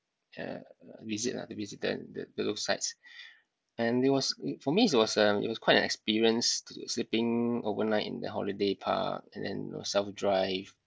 ya visit lah to visit them sights and it was for me it was uh it was quite an experience sleeping overnight in the holiday park and then know self drive